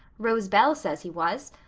rose bell says he was.